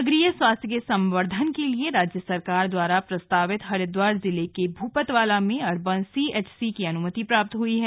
नगरीय स्वास्थ्य के संवर्धन के लिए राज्य सरकार द्वारा प्रस्तावित हरिद्वार जिले के भूपतवाला में अर्बन सीएचसी की अनुमति प्राप्त हुई है